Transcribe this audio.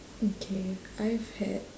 okay I've had